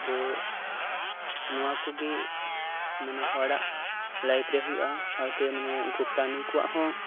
ᱛᱚ ᱱᱚᱶᱟ ᱠᱚᱜᱮ ᱢᱟᱱᱮ ᱦᱚᱲᱟᱜ ᱞᱟᱭᱤᱯᱷ ᱨᱮ ᱦᱳᱭᱳᱜᱼᱟ ᱥᱟᱶᱛᱮ ᱢᱟᱱᱮ ᱩᱱᱠᱩ ᱯᱨᱟᱱᱤ ᱠᱚᱣᱟᱜ ᱦᱚᱸ